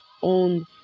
on